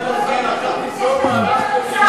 תודה.